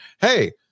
hey